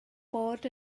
bod